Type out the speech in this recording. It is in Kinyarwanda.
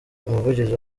umuvugizi